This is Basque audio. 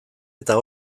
eta